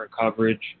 coverage